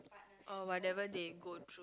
or whatever they go through